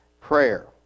prayer